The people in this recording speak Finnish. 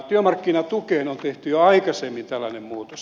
työmarkkinatukeen on tehty jo aikaisemmin tällainen muutos